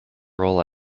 role